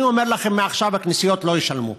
אני אומר לכם מעכשיו: הכנסיות לא ישלמו.